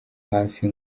hafi